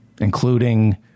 including